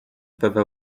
peuvent